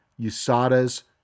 USADA's